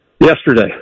Yesterday